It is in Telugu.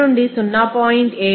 70 0